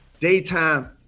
daytime